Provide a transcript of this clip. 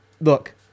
Look